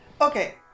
Okay